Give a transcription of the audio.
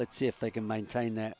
let's see if they can maintain that